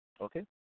Okay